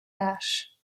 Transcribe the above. ash